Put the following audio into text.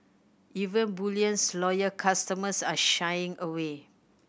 even bullion's loyal customers are shying away